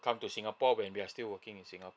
come to singapore when we are still working in singapore